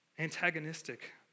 antagonistic